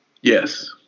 Yes